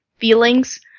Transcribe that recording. feelings